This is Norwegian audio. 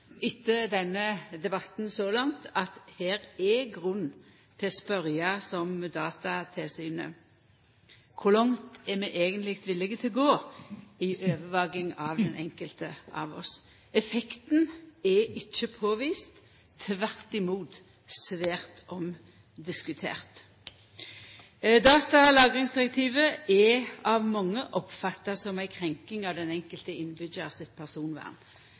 etter denne debatten så langt at det er grunn til å spørja, som Datatilsynet: Kor langt er vi eigentleg villige til å gå i overvaking av den enkelte av oss? Effekten er ikkje påvist, tvert imot svært omdiskutert. Datalagringsdirektivet er av mange oppfatta som ei krenking av den enkelte innbyggjar sitt personvern.